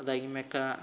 ಅದಾಗಿದ ಮೇಲೆ